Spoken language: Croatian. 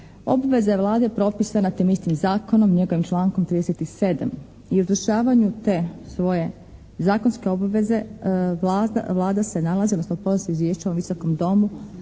obveza je Vlade propisana tim istim zakonom i njegovim člankom 37. U izvršavanju te svoje zakonske obveze Vlada se nalazi, odnosno podnosi izvješće ovom Visokom domu